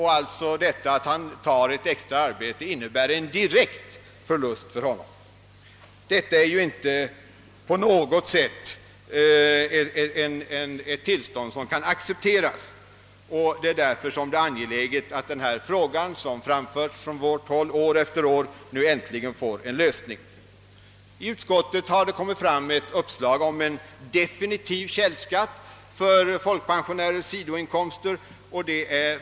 Hans extraarbete innebär alltså en direkt förlust för honom. Detta tillstånd kan inte accepteras. Det är därför angeläget att denna fråga, som från vårt håll tagits upp år efter år, äntligen löses. Inom utskottet har det kommit fram ett mycket intressant uppslag om en definitiv källskatt för folkpensionärers sidoinkomster.